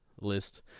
list